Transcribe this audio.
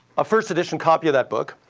ah first edition copy of that book,